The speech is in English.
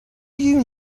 you